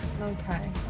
Okay